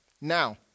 Now